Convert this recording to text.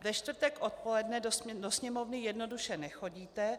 Ve čtvrtek odpoledne do Sněmovny jednoduše nechodíte.